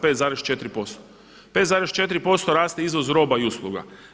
5,4% raste izvoz roba i usluga.